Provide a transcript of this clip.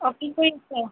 অ' কি কৰিছে